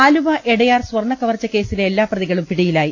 ആലുവ എടയാർ സ്വർണ്ണക്കവർച്ച കേസിലെ എല്ലാ പ്രതികളും പിടിയിലായി